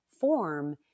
form